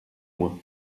moins